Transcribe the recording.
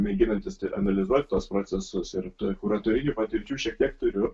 mėginantis analizuoti tuos procesus ir kuratorinių patirčių šiek tiek turiu